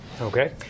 Okay